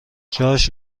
جاش